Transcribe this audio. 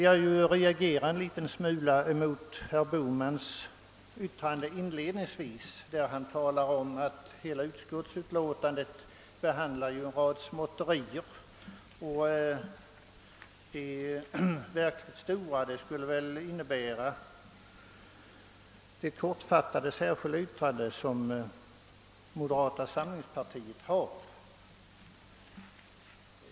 Jag reagerade en liten smula när herr Bohman inledningsvis talade om att hela utskottsutlåtandet behandlade en rad småtterier. Det verkligt stora skulle väl återfinnas i det kortfattade särskilda yttrande som moderata samlingspartiet har avgivit.